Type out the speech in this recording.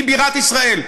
היא בירת ישראל,